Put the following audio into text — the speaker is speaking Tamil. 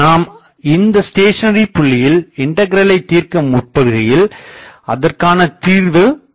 நாம் இந்த ஸ்டேசனரி புள்ளியில் இண்டகிரலை தீர்க்க முற்படுகையில் அதற்கான தீர்வு காணலாம்